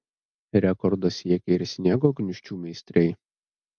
rekordo siekė ir sniego gniūžčių meistrai